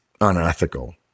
unethical